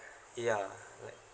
ya right